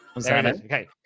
Okay